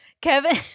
Kevin